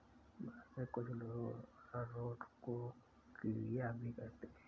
भारत में कुछ लोग अरारोट को कूया भी कहते हैं